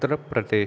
Uttar Pradesh